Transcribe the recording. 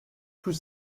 tout